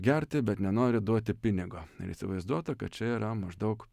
gerti bet nenori duoti pinigo ir įsivaizduota kad čia yra maždaug